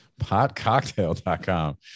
Potcocktail.com